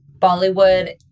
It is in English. Bollywood